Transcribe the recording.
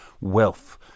wealth